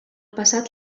passat